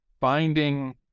finding